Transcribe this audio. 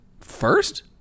First